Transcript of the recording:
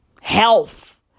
Health